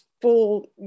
full